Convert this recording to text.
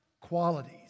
qualities